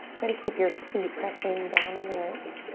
try to keep your feet pressing down on the earth.